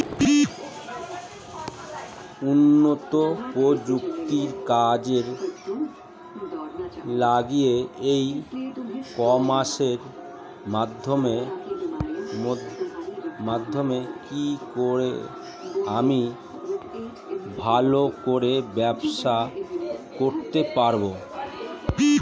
উন্নত প্রযুক্তি কাজে লাগিয়ে ই কমার্সের মাধ্যমে কি করে আমি ভালো করে ব্যবসা করতে পারব?